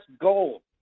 gold